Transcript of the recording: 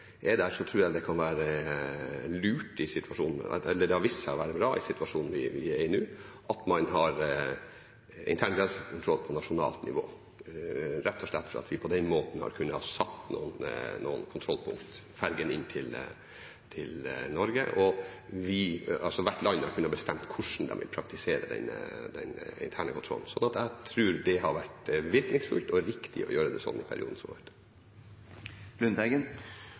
den er, så har det vist seg å være lurt og bra i den situasjonen vi er i nå, at man har interne grensekontroller på nasjonalt nivå, rett og slett fordi vi på den måten har kontrollpunkt på fergene inn til Norge. Hvert land har kunnet bestemme hvordan man vil praktisere den interne kontrollen. Jeg tror det har vært virkningsfullt og riktig å gjøre det slik i den perioden som